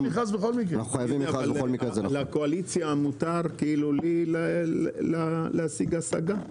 לקואליציה מותר להשיג השגה?